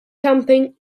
camping